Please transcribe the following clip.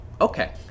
okay